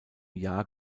jahr